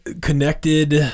connected